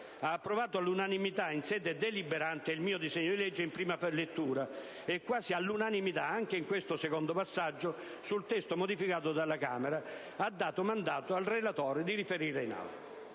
ha approvato all'unanimità, in prima lettura, il disegno di legge di cui sono primo firmatario e, quasi all'unanimità anche in questo secondo passaggio, sul testo modificato dalla Camera ha dato mandato al relatore di riferire all'Aula.